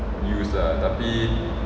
use lah tapi